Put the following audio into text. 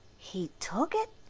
he took it!